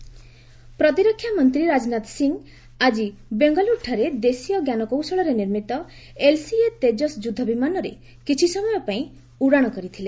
ରାଜନାଥ ତେଜସ୍ ପ୍ରତିରକ୍ଷାମନ୍ତ୍ରୀ ରାଜନାଥ ସିଂହ ଆଜି ବେଙ୍ଗାଲୁରୁଠାରେ ଦେଶୀୟ ଞ୍ଜାନକୌଶଳରେ ନିର୍ମିତ ଏଲ୍ସିଏ ତେଜସ୍ ଯୁଦ୍ଧ ବିମାନରେ କିଛିସମୟ ପାଇଁ ଉଡାଣ କରିଥିଲେ